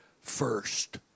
first